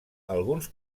alguns